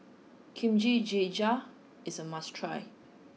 kimchi jjigae is a must try